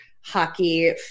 hockey